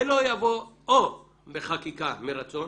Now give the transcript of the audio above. זה יבוא או בחקיקה מרצון